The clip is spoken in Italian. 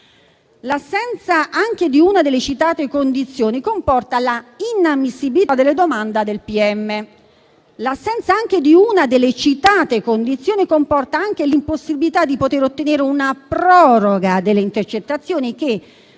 L'assenza anche di una delle citate condizioni comporta l'inammissibilità della domanda del pm. L'assenza anche di una delle citate condizioni comporta anche l'impossibilità di poter ottenere una proroga delle intercettazioni che,